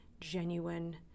genuine